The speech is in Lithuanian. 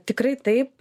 tikrai taip